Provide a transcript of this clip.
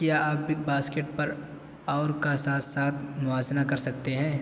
کیا آپ big basket پر اورکا ساتھ ساتھ موازنہ کر سکتے ہیں